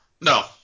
No